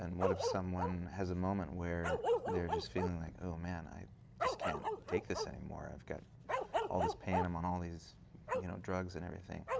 and what if someone has a moment where they're just feeling like, oh, man, i just can't take this any more. i've got all of this pain. um on all of these you know drugs and everything.